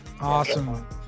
Awesome